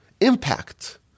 impact